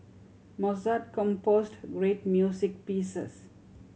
Mozart composed great music pieces